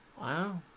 Wow